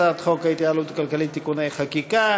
הצעת חוק ההתייעלות הכלכלית (תיקוני חקיקה